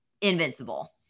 invincible